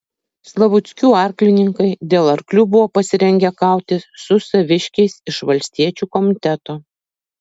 slavuckių arklininkai dėl arklių buvo pasirengę kautis su saviškiais iš valstiečių komiteto